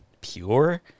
pure